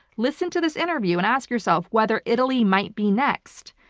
listen to this interview and ask yourself whether italy might be next.